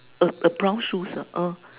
a a brown shoes uh